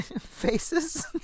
faces